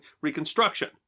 Reconstruction